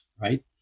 right